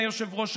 אדוני היושב-ראש,